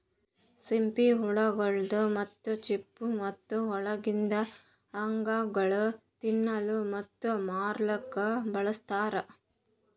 ಸಿಂಪಿ ಹುಳ ಗೊಳ್ದಾಂದ್ ಮುತ್ತು, ಚಿಪ್ಪು ಮತ್ತ ಒಳಗಿಂದ್ ಅಂಗಗೊಳ್ ತಿನ್ನಲುಕ್ ಮತ್ತ ಮಾರ್ಲೂಕ್ ಬಳಸ್ತಾರ್